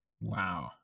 Wow